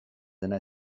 dena